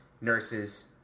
nurses